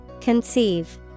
Conceive